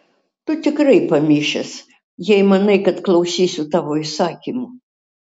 tu tikrai pamišęs jei manai kad klausysiu tavo įsakymų